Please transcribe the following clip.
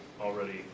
already